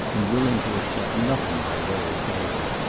and willing to accept nothing by way of favour.